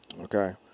okay